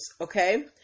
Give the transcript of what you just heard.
okay